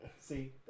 See